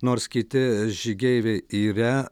nors kiti žygeiviai yra